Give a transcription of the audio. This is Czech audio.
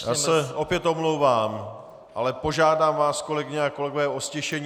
Já se opět omlouvám, ale požádám vás, kolegyně a kolegové, o ztišení!